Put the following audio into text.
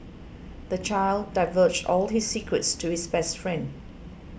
the child divulged all his secrets to his best friend